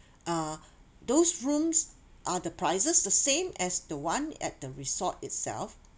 uh those rooms are the prices the same as the one at the resort itself